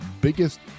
biggest